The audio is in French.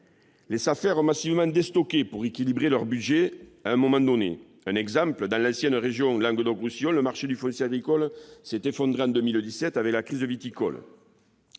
Les SAFER ont massivement déstocké pour équilibrer leur budget. Ainsi, dans l'ancienne région Languedoc-Roussillon, le marché du foncier agricole s'est effondré en 2007, avec la crise viticole